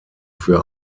für